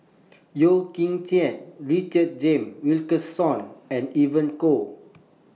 Yeo Kian Chye Richard James Wilkinson and Evon Kow